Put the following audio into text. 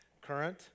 current